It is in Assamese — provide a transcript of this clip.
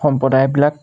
সম্প্ৰদায়বিলাক